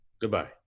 Goodbye